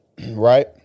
Right